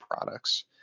products